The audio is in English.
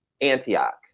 Antioch